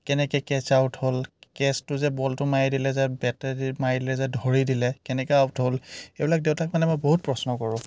কেনেকৈ catch out হ'ল কেচটো যে বলটো মাৰি দিলে যে বেটে দি মাৰি দিলে যে ধৰি দিলে কেনেকৈ আউট হ'ল এইবিলাক দেউতাক মানে মই বহুত প্ৰশ্ন কৰোঁ